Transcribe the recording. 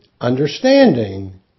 understanding